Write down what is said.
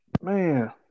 Man